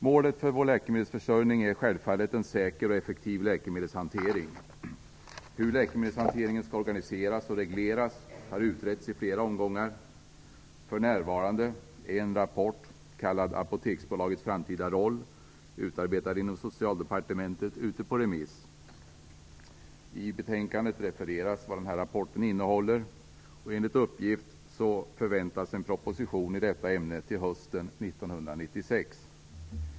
Målet för vår läkemedelsförsörjning är självfallet en säker och effektiv läkemedelshantering. Hur läkemedelshanteringen skall organiseras och regleras har utretts i flera omgångar. För närvarande är en rapport kallad Apoteksbolagets framtida roll, utarbetad inom Socialdepartementet, ute på remiss. I betänkandet refereras vad denna rapport innehåller. Enligt uppgift förväntas en proposition i detta ämne läggas fram hösten 1996.